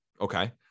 Okay